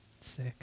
Sick